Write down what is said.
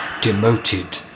demoted